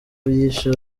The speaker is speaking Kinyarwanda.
yishe